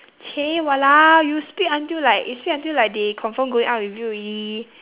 !chey! !walao! you speak until like you speak until like they confirm going out with you already